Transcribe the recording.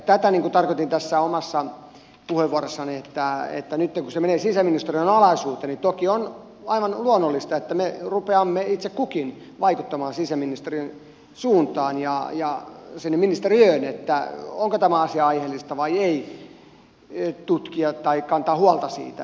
tätä tarkoitin tässä omassa puheenvuorossani että nytten kun suojelupoliisi menee sisäministeriön alaisuuteen niin toki on aivan luonnollista että me rupeamme itse kukin vaikuttamaan sisäministeriön suuntaan sinne ministeriöön siinä onko tämä asia aiheellista tutkia vai ei ja onko aiheellista kantaa huolta siitä